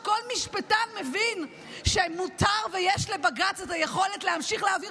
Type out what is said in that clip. כל משפטן מבין שמותר ויש לבג"ץ את היכולת להמשיך להעביר